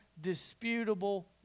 disputable